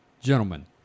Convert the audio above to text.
Gentlemen